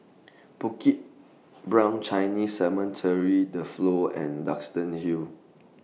Bukit Brown Chinese Cemetery The Flow and Duxton Hill